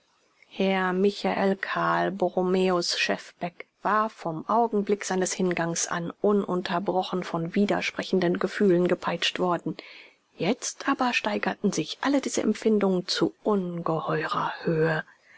herr michael karl borromäus schefbeck war vom augenblick seines hingangs an ununterbrochen von widersprechenden gefühlen gepeitscht worden jetzt aber steigerten sich alle diese empfindungen zu ungeheurer höhe